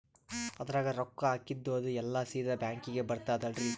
ಅದ್ರಗ ರೊಕ್ಕ ಹಾಕಿದ್ದು ಅದು ಎಲ್ಲಾ ಸೀದಾ ಬ್ಯಾಂಕಿಗಿ ಬರ್ತದಲ್ರಿ?